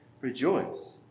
rejoice